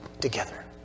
together